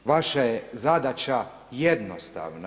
Vaša je zadaća jednostavna.